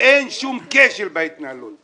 אין שום כשל בהתנהלות.